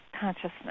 consciousness